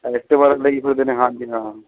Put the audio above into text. Activa ਲਈ ਬੰਦੇ ਨੇ ਹਾਂਜੀ ਹਾਂ